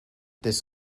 this